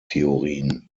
theorien